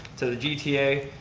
to the gta,